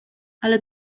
ale